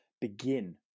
begin